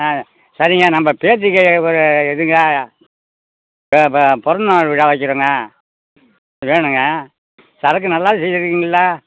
ஆ சரிங்க நம்ம பேர்த்திக்கு ஒரு இதுங்க பா பா பிறந்த நாள் விழா வைக்கறங்க வேணுங்க சரக்கு நல்லா செய்திருக்கீங்கல்ல